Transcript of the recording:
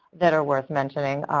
that are worth mentioning.